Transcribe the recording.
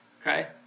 okay